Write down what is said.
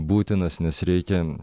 būtinas nes reikia